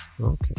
Okay